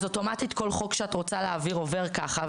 אז אוטומטית כל חוק שאת רוצה להעביר עובר ככה.